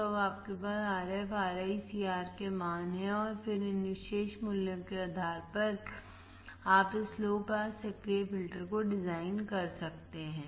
तो अब आपके पास Rf Ri C R के मान हैं और फिर इन विशेष मूल्यों के आधार पर आप इस लो पास सक्रिय फिल्टर को डिजाइन कर सकते हैं